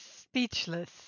speechless